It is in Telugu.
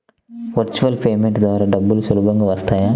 వర్చువల్ పేమెంట్ ద్వారా డబ్బులు సులభంగా వస్తాయా?